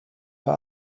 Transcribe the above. für